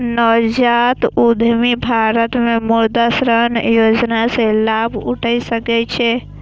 नवजात उद्यमी भारत मे मुद्रा ऋण योजना सं लाभ उठा सकै छै